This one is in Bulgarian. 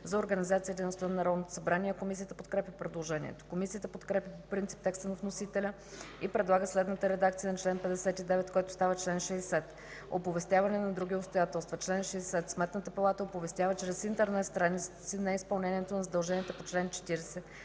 2 от ПОДНС. Комисията подкрепя предложението. Комисията подкрепя по принцип текста на вносителя и предлага следната редакция на чл. 59, който става чл. 60: „Оповестяване на други обстоятелства Чл. 60. Сметната палата оповестява чрез интернет страницата си неизпълнението на задълженията по чл. 40,